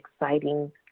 exciting